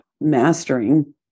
mastering